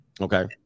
Okay